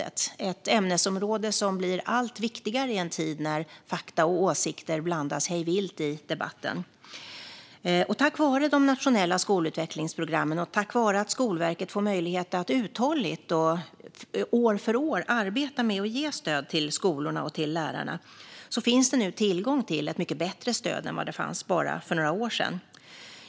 Det är ett ämnesområde som blir allt viktigare i en tid där fakta och åsikter blandas hej vilt i debatten. Tack vare de nationella skolutvecklingsprogrammen och att Skolverket får möjlighet att uthålligt och år för år arbeta med att ge stöd till skolorna och lärarna finns det nu tillgång till ett mycket bättre stöd än vad det fanns för bara några år sedan.